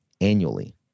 annually